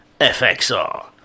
FXR